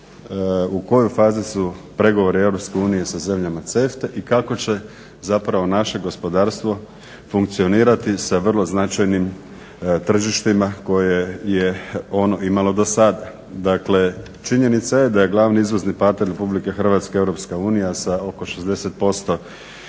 u kojoj fazi su pregovori EU sa zemljama CEFTA-e i kako će naše gospodarstvo funkcionirati sa vrlo značajnim tržištima koje je ono imalo do sada. Dakle činjenica je da je glavni izvozni partner RH EU sa oko 60%